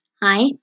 hi